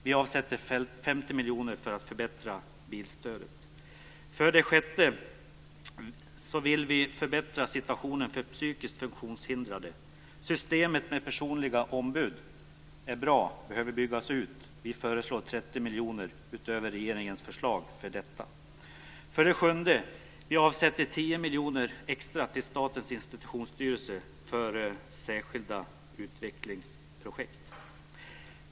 Vi avsätter 50 miljoner kronor för att förbättra bilstödet. 6. Vi vill förbättra situationen för psykiskt funktionshindrade. Systemet med personliga ombud är bra men behöver byggas ut. Vi föreslår 30 miljoner kronor utöver regeringens förslag för detta. 7. Vi avsätter 10 miljoner kronor extra till Statens institutionsstyrelse för särskilda utvecklingsprojekt.